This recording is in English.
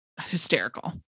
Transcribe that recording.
hysterical